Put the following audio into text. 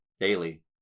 daily